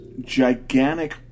gigantic